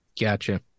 Gotcha